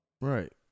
Right